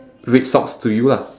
red socks to you lah